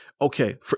okay